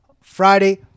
Friday